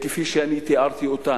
כפי שתיארתי אותם,